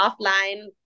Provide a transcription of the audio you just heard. offline